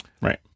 right